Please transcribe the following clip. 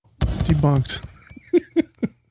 debunked